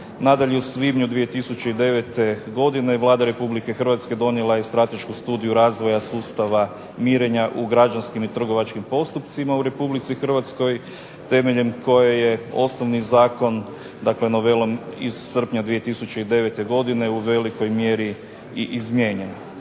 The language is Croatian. Nadalje u svibnju 2009. godine Vlada Republike Hrvatske donijela je stratešku studiju razvoja sustava mirenja u građanskim i trgovačkim postupcima u Republici Hrvatskoj, temeljem koje je osnovni zakon, dakle novelom iz srpnja 2009. godine u velikoj mjeri i izmijenjen.